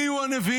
מי יהיו הנביאים?